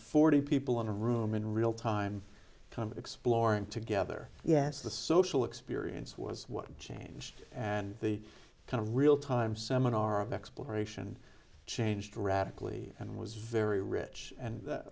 forty people in a room in real time kind of exploring together yes the social experience was what changed and the kind of real time seminar of exploration changed radically and was very rich and